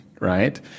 right